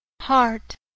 heart